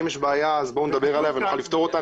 אם יש כאן בעיה, בואו נדבר עליה ונוכל לפתור אותה.